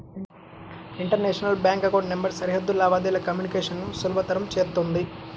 international bank account number సరిహద్దు లావాదేవీల communication ను సులభతరం చేత్తుంది